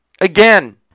again